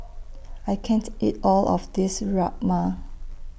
I can't eat All of This Rajma